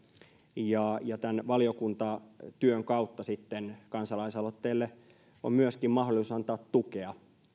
tämän valiokuntatyön kautta sitten kansalaisaloitteelle on myöskin mahdollisuus antaa tukea